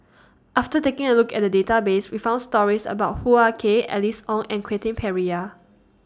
after taking A Look At The Database We found stories about Hoo Ah Kay Alice Ong and Quentin Pereira